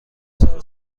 سال